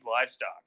livestock